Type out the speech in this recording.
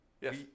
Yes